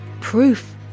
Proof